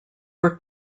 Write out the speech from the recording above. were